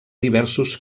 diversos